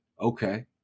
okay